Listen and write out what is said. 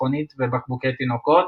מכונית ובקבוקי תינוקות,